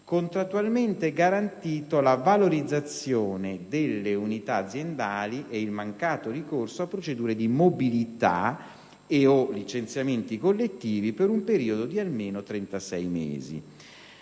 contrattualmente garantito la valorizzazione delle unità aziendali ed il mancato ricorso a procedure di mobilità e/o licenziamenti collettivi per un periodo di almeno 36 mesi.